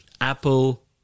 Apple